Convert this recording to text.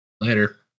later